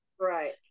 Right